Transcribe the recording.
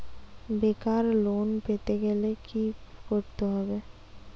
বেকার লোন পেতে গেলে কি করতে হবে?